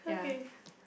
okay